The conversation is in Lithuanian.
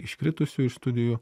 iškritusių iš studijų